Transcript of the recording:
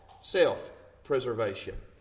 self-preservation